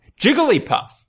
Jigglypuff